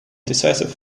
decisive